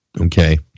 Okay